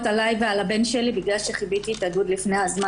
עליי ועל הבן שלי בגלל שכיביתי את הדוד לפני הזמן,